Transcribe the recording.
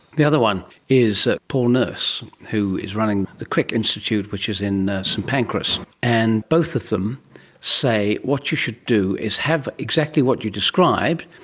the other one is ah paul nurse who is running the crick institute which is in st pancras, and both of them say what you should do is have exactly what you describe,